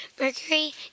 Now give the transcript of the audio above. Mercury